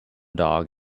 dog